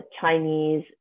Chinese